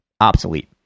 obsolete